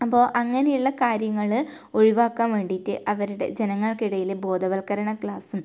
അപ്പോൾ അങ്ങനെയുള്ള കാര്യങ്ങൾ ഒഴിവാക്കാൻ വേണ്ടിയിട്ട് അവരുടെ ജനങ്ങൾക്കിടയിൽ ബോധവൽക്കരണ ക്ലാസ്സും